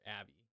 Abby